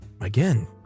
again